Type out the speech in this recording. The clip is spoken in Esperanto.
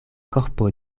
korpo